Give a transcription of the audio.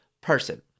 person